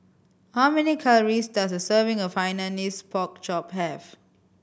how many calories does a serving of Hainanese Pork Chop have